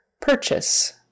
Purchase